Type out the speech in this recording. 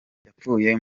yapfuye